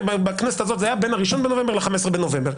בכנסת הזאת זה היה בין ה-1 בנובמבר ל-15 בנובמבר.